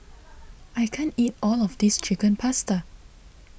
I can't eat all of this Chicken Pasta